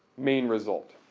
main result,